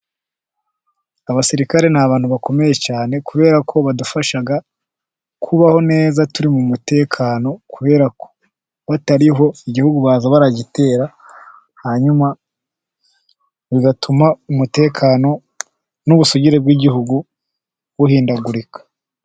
Abasirikare ni abantu bakomeye cyane, kubera ko badufasha kubaho neza, turi mu mutekano, kubera ko batariho igihugu baza baragitera, hanyuma bigatuma umutekano, n'ubusugire bw'igihugu buhindagurika.